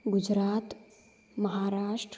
Gujarat Maharashtra